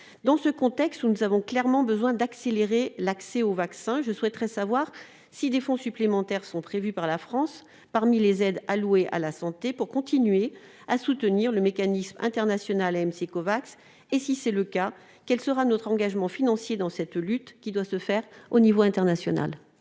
Dans ce contexte, nous avons clairement besoin d'accélérer l'accès aux vaccins. Je souhaite savoir si des fonds supplémentaires sont prévus par la France, parmi les aides allouées à la santé, pour continuer à soutenir le mécanisme international AMC Covax et, le cas échéant, quel sera notre engagement financier dans cette lutte qui doit se faire au niveau international.